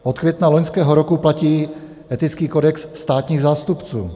Od května loňského roku platí etický kodex státních zástupců.